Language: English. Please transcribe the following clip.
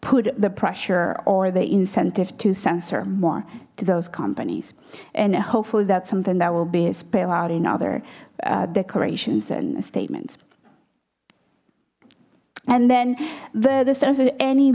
put the pressure or the incentive to censor more to those companies and hopefully that's something that will be a spell out in other declarations and statements and then